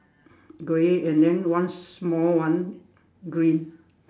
grey and then one small one green